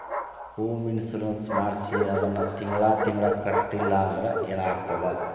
Home insurance ಮಾಡ್ಸಿ ಅದನ್ನ ತಿಂಗ್ಳಾ ತಿಂಗ್ಳಾ ಕಟ್ಲಿಲ್ಲಾಂದ್ರ ಏನಾಗ್ತದ?